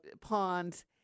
Ponds